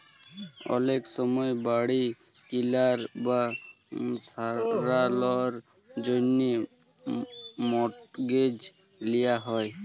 অলেক সময় বাড়ি কিলার বা সারালর জ্যনহে মর্টগেজ লিয়া হ্যয়